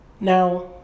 now